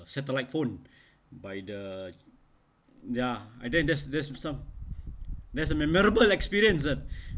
satellite phone by the ya and then there's there's some there's a memorable experience uh